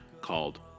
called